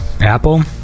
apple